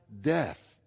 death